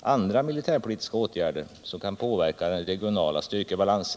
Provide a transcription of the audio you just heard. andra militärpolitiska åtgärder som kan påverka den regionala styrkebalansen.